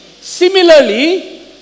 Similarly